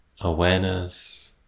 awareness